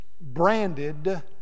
branded